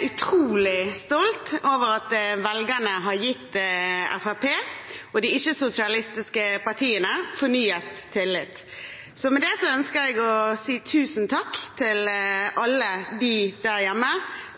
utrolig stolt over at velgerne har gitt Fremskrittspartiet og de ikke-sosialistiske partiene fornyet tillit. Med det ønsker jeg å si tusen takk til alle dem der hjemme